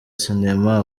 sinema